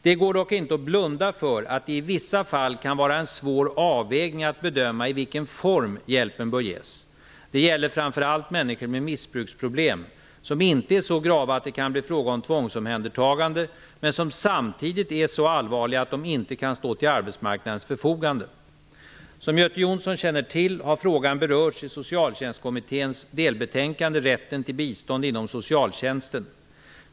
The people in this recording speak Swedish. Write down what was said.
Det går dock inte att blunda för att det i vissa fall kan vara en svår avvägning att bedöma i vilken form hjälpen bör ges. Det gäller framför allt människor med missbruksproblem som inte är så grava att det kan bli fråga om tvångsomhändertagande, men som samtidigt är så allvarliga att personen inte kan stå till arbetsmarknadens förfogande. Som Göte Jonsson känner till har frågan berörts i Socialtjänstkommitténs delbetänkande Rätten till bistånd inom socialtjänsten.